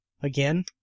again